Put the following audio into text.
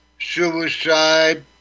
suicide